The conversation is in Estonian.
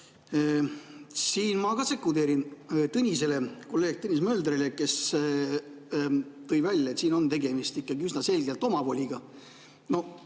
Siin ma sekundeerin Tõnisele, kolleeg Tõnis Möldrile, kes tõi välja, et tegemist on ikkagi üsna selgelt omavoliga. Muud